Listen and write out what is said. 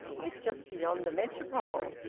it's just beyond the metropole.